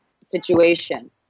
situation